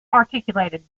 articulated